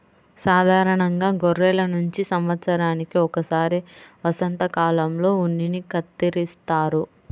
సాధారణంగా గొర్రెల నుంచి సంవత్సరానికి ఒకసారి వసంతకాలంలో ఉన్నిని కత్తిరిస్తారు